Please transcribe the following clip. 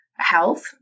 health